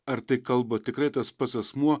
ar tai kalba tikrai tas pats asmuo